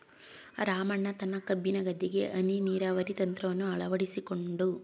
ರಾಮಣ್ಣ ತನ್ನ ಕಬ್ಬಿನ ಗದ್ದೆಗೆ ಹನಿ ನೀರಾವರಿ ತಂತ್ರವನ್ನು ಅಳವಡಿಸಿಕೊಂಡು